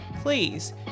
please